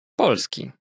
Polski